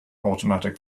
automatic